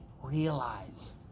realize